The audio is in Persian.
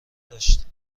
داشت